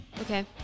Okay